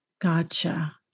Gotcha